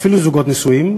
אפילו זוגות נשואים,